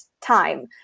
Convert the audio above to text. time